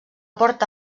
porta